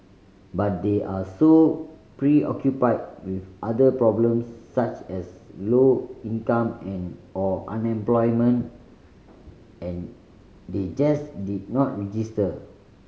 but they are so preoccupied with other problems such as low income and or unemployment and they just did not register